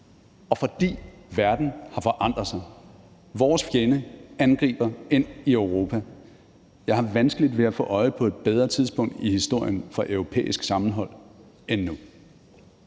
og fordi verden har forandret sig. Vores fjende angriber ind i Europa. Jeg har vanskeligt ved at få øje på et bedre tidspunkt i historien for europæisk sammenhold end nu.